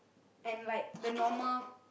and like the normal